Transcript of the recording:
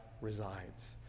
resides